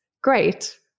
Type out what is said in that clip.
great